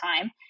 time